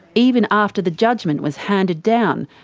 even after the judgement was handed down,